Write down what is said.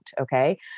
okay